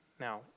Now